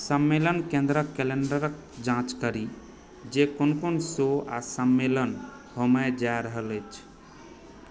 सम्मेलन केंद्रक कैलेंडर क जाँच करी जे कोन कोन शो आ सम्मेलन होमय जा रहल अछि